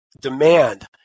demand